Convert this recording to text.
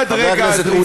עד רגע הדריסה,